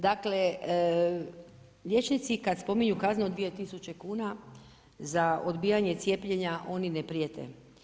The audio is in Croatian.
Dakle, liječnici kad spominju kaznu od 2000 kn, za odbijanje cijepljenja, oni ne prijete.